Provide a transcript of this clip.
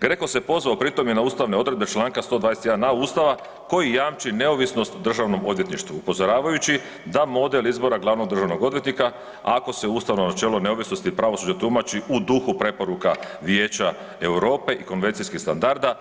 GRECO se pozvao pri tome na ustavne odredbe iz čl. 121.a. ustava koji jamči neovisnost državnom odvjetništvu upozoravajući da model izbora glavnog državnog odvjetnika ako se ustavno načelo neovisnosti pravosuđa tumači u duhu preporuka Vijeća Europe i konvencijskih standarda